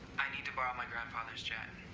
i need to borrow my grandfather's jet.